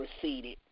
proceeded